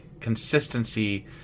Consistency